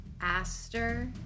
Aster